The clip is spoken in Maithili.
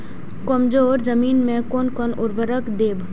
कमजोर जमीन में कोन कोन उर्वरक देब?